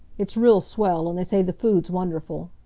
it's real swell, and they say the food's wonderful.